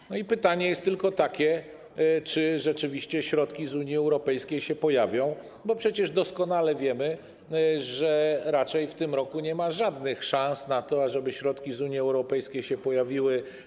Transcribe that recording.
Nasuwa się pytanie, czy rzeczywiście środki z Unii Europejskiej się pojawią, bo przecież doskonale wiemy, że raczej w tym roku nie ma żadnych szans na to, ażeby środki z Unii Europejskiej się pojawiły.